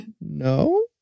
no